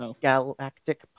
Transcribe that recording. Galactic